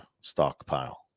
stockpile